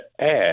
add